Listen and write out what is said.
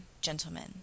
gentlemen